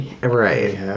Right